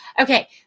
Okay